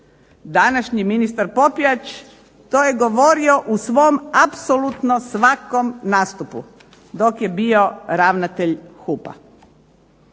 današnji ministar Popijač to je govorio u svom apsolutno svakom nastupu dok je bio ravnatelj HUP-a.